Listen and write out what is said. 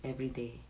everyday